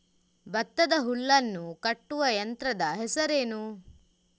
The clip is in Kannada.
ಭತ್ತದ ಹುಲ್ಲನ್ನು ಕಟ್ಟುವ ಯಂತ್ರದ ಹೆಸರೇನು?